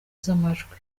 z’amajwi